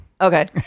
Okay